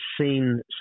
seen